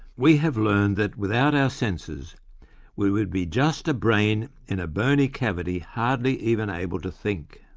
we have learned that without our senses we would be just a brain in a bony cavity, hardly even able to think.